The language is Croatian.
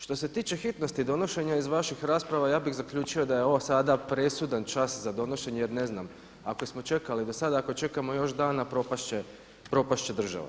Što se tiče hitnosti donošenja iz vaših rasprava, ja bih zaključio da je ovo sada presudan čas za donošenje jer ne znam, ako smo čekali do sada, ako čekamo još dan propast će država.